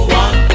one